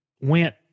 went